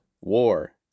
war